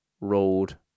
road